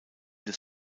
des